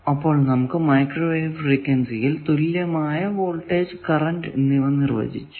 അപ്പോൾ നമുക്ക് മൈക്രോവേവ് ഫ്രീക്വൻസിയിൽ തുല്യമായ വോൾടേജ് കറന്റ് എന്നിവ നിർവചിച്ചു